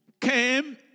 came